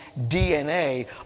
DNA